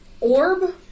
Orb